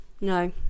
No